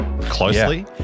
closely